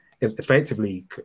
effectively